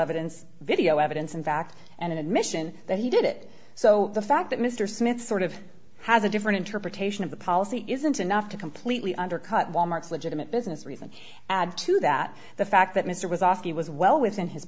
evidence video evidence in fact and an admission that he did it so the fact that mr smith sort of has a different interpretation of the policy isn't enough to completely undercut wal mart's legitimate business reasons add to that the fact that mr was off he was well